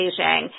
Beijing